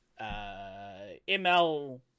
ML